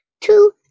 two